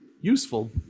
useful